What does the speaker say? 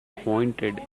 pointed